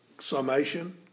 summation